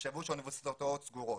תחשבו שהאוניברסיטאות סגורות,